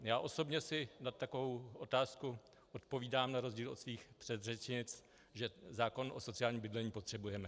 Já osobně si na takovou otázku odpovídám na rozdíl od svých předřečnic, že zákon o sociálním bydlení potřebujeme.